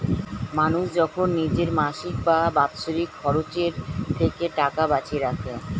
মানুষ যখন নিজের মাসিক বা বাৎসরিক খরচের থেকে টাকা বাঁচিয়ে রাখে